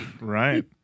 Right